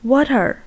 Water